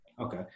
okay